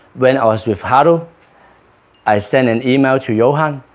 when i was with haruo i sent an email to johan.